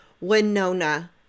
Winona